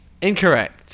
incorrect